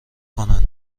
کنند